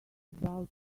about